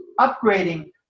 upgrading